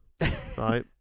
Right